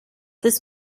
this